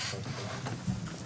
בבקשה.